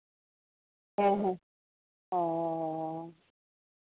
ᱦᱮᱸ ᱦᱮᱸ ᱚᱻ